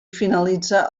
finalitza